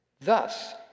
Thus